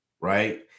right